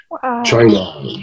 China